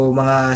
mga